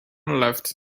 left